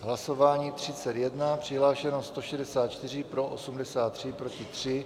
Hlasování 31, přihlášeno 164, pro 83, proti 3.